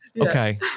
Okay